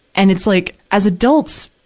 and it's, like, as adults,